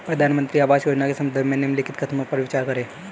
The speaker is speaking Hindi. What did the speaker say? प्रधानमंत्री आवास योजना के संदर्भ में निम्नलिखित कथनों पर विचार करें?